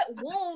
wound